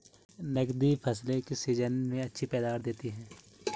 नकदी फसलें किस सीजन में अच्छी पैदावार देतीं हैं?